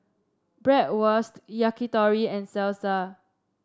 Bratwurst Yakitori and Salsa